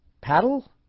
paddle